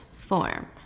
form